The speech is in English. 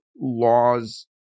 laws